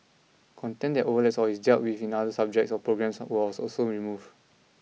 content that overlaps or is dealt with in other subjects or programmes was was also removed